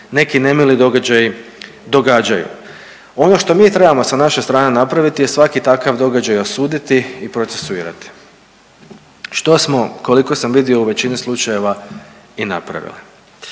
neki nemili događaji događaju. Ono što mi trebamo sa naše strane napraviti je svaki takav događaj osuditi i procesuirati. Što smo koliko sam vidio u većini slučajeva i napravili.